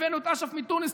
הבאנו את אש"ף מתוניס,